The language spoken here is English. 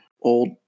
Old